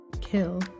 kill